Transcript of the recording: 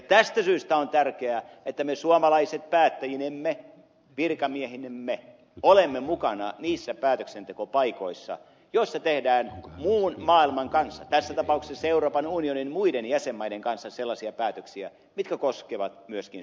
tästä syystä on tärkeää että me suomalaiset päättäjinemme virkamiehinemme olemme mukana niissä päätöksentekopaikoissa joissa tehdään muun maailman kanssa tässä tapauksessa euroopan unionin muiden jäsenmaiden kanssa sellaisia päätöksiä mitkä koskevat myöskin suomea